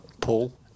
Paul